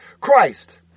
Christ